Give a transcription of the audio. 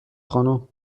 خانم